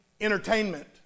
entertainment